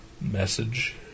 message